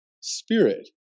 spirit